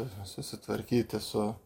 susitvarkyti su